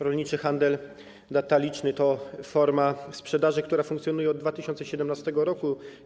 Rolniczy handel detaliczny to forma sprzedaży, która funkcjonuje od 2017 r.